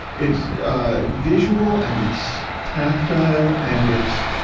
it's, ah, visual and it's tactile and it's,